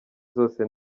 zose